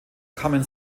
common